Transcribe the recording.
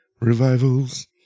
revivals